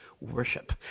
Worship